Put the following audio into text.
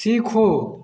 सीखो